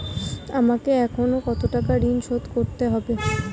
আমাকে এখনো কত টাকা ঋণ শোধ করতে হবে?